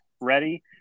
ready